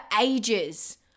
ages